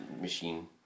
machine